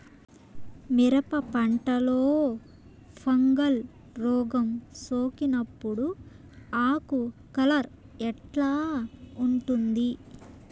మిరప పంటలో ఫంగల్ రోగం సోకినప్పుడు ఆకు కలర్ ఎట్లా ఉంటుంది?